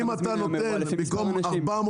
אם אתה נותן 100 מנות במקום 400,